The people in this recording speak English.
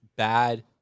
Bad